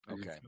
Okay